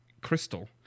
crystal